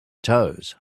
toes